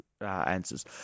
answers